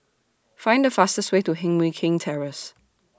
Find The fastest Way to Heng Mui Keng Terrace